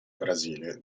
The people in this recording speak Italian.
brasile